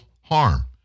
harm